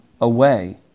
away